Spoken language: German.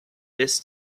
des